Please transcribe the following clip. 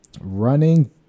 Running